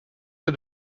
que